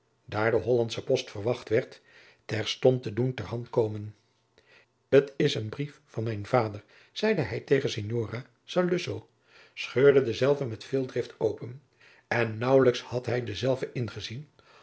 daar de hollandsche post verwacht werd terstond te doen ter hand komen t is een brief van mijn vader zeide hij tegen signora saluzzo scheurde denzelven met veel drift open en naauwelijks had hij denzelven ingezien